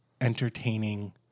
entertaining